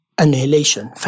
annihilation